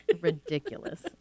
ridiculous